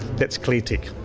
thats cleartech.